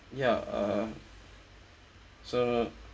ya uh so